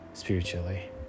spiritually